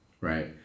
right